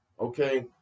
Okay